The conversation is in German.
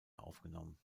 aufgenommen